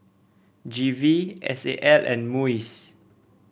G V S A L and MUIS